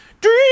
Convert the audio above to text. Dream